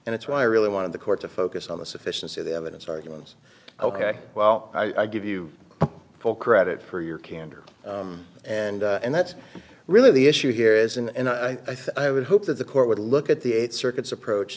and it's why i really wanted the court to focus on the sufficiency of the evidence arguments ok well i give you full credit for your candor and and that's really the issue here is and i think i would hope that the court would look at the eight circuits approach